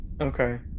okay